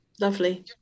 lovely